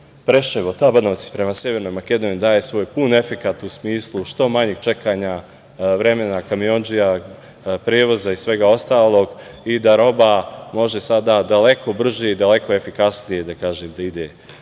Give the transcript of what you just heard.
Preševo-Tabanovci prema Severnoj Makedoniji daje svoj pun efekat u smislu što manjeg čekanja vremena kamiondžija, prevoza i svega ostalog i da roba može sada daleko brže i daleko efikasnije da ide